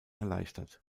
erleichtert